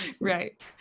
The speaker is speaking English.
right